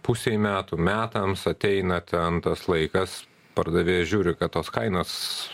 pusei metų metams ateina ten tas laikas pardavėja žiūri kad tos kainos